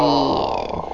ya